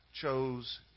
chose